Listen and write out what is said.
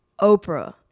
Oprah